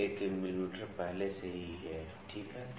तो 1 मिमी पहले से ही है ठीक है